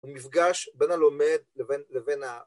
המפגש בין הלומד לבין